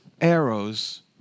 arrows